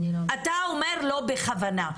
אתה אומר לא בכוונה.